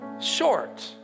short